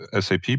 SAP